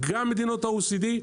גם במדינות ה-OECD,